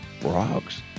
frogs